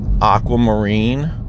aquamarine